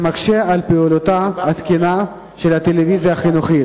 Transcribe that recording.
הדבר מקשה על פעילותה התקינה של הטלוויזיה החינוכית,